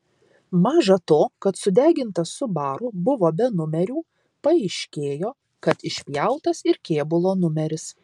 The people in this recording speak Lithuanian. maža to kad sudegintas subaru buvo be numerių paaiškėjo kad išpjautas ir kėbulo numeris